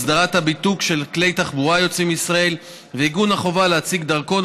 הסדרת הבידוק של כלי תחבורה היוצאים מישראל ועיגון החובה להציג דרכון,